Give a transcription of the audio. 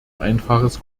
einfaches